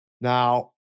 Now